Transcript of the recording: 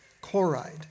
chloride